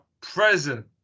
present